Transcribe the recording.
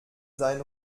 sein